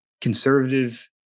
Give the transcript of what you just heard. conservative